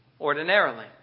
ordinarily